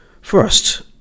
First